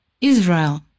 Israel